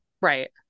Right